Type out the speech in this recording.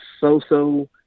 so-so